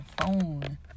phone